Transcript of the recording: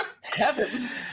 heavens